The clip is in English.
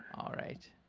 all right.